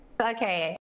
okay